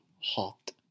hot